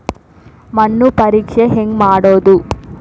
ಮಣ್ಣು ಪರೇಕ್ಷೆ ಹೆಂಗ್ ಮಾಡೋದು?